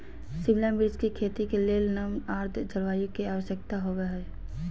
शिमला मिर्च के खेती के लेल नर्म आद्र जलवायु के आवश्यकता होव हई